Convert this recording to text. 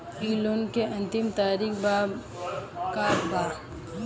इ लोन के अन्तिम तारीख का बा?